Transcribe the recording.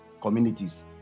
communities